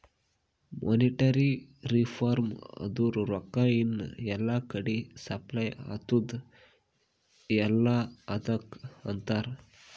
monetary reform ಅಂದುರ್ ರೊಕ್ಕಾ ಎನ್ ಎಲ್ಲಾ ಕಡಿ ಸಪ್ಲೈ ಅತ್ತುದ್ ಅಲ್ಲಾ ಅದುಕ್ಕ ಅಂತಾರ್